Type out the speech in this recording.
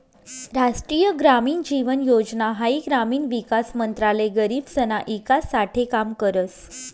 राष्ट्रीय ग्रामीण जीवन योजना हाई ग्रामीण विकास मंत्रालय गरीबसना ईकास साठे काम करस